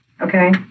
okay